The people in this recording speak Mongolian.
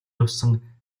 явсан